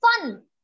Fun